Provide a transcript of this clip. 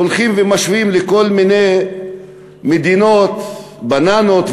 הולכים ומשווים לכל מיני מדינות בננות,